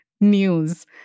news